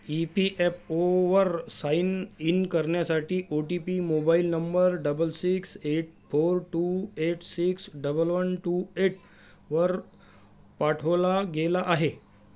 E P F ओवर sign in करण्यासाठी O T P mobile number double six eight four two eight six double one two eight वर पाठवला गेला आहे